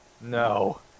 No